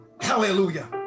Hallelujah